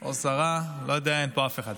או שרה, לא יודע, אין פה אף אחד.